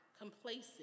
complacent